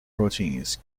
guide